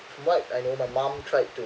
from what I know my mum tried to